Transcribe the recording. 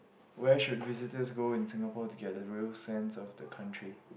where should visitors go in Singapore to get the real sense of the country